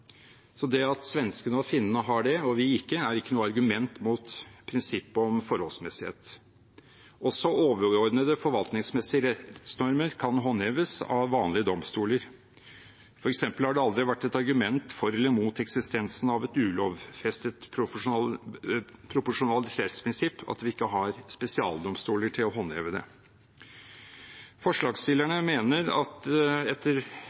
Så det at svenskene og finnene har det – og vi ikke – er ikke noe argument mot prinsippet om forholdsmessighet. Også overordnede forvaltningsmessige rettsnormer kan håndheves av vanlige domstoler. For eksempel har det aldri vært et argument for eller imot eksistensen av et ulovfestet proporsjonalitetsprinsipp at vi ikke har spesialdomstoler til å håndheve det. Forslagsstillerne mener at det etter